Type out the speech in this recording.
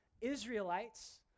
Israelites